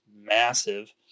massive